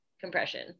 compression